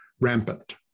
rampant